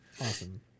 awesome